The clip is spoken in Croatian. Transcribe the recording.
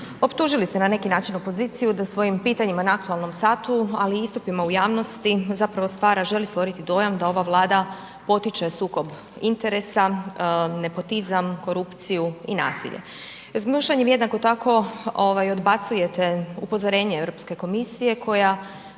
optužili ste na neki način opoziciju da svojim pitanjima na aktualnom satu ali i istupima u javnosti, zapravo stvara, želi stvoriti dojam da ova Vlada potiče sukob interesa, nepotizam, korupciju i nasilje. S gnušanjem jednako tako odbacujete upozorenje Europske komisije koja